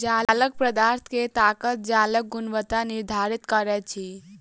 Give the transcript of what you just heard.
जालक पदार्थ के ताकत जालक गुणवत्ता निर्धारित करैत अछि